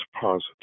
positive